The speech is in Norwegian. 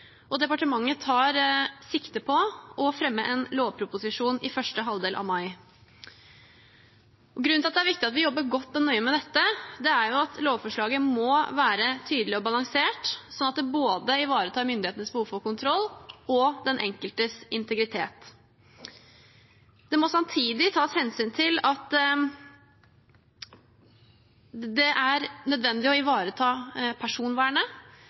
og departementet tar sikte på å fremme en lovproposisjon i første halvdel av mai. Grunnen til at det er viktig at vi jobber godt og nøye med dette, er at lovforslaget må være tydelig og balansert, slik at det både ivaretar myndighetenes behov for kontroll og den enkeltes integritet. Det må tas hensyn til at det er nødvendig å ivareta personvernet,